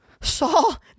Saul